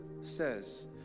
says